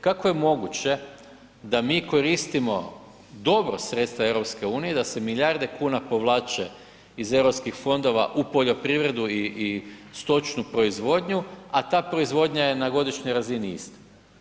Kako je moguće da mi koristimo dobro sredstva EU i da se milijarde kuna povlače iz eu fondova u poljoprivredu i stočnu proizvodnju a ta proizvodnja je na godišnjoj razini ista.